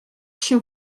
się